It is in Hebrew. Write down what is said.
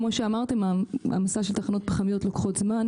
כמו שאמרתם, העמסה של תחנות פחמיות לוקחות זמן.